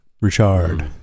Richard